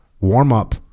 warm-up